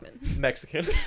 Mexican